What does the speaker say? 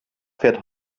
fährt